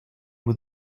with